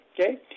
okay